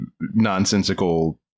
nonsensical